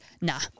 nah